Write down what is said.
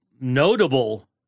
notable